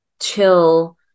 chill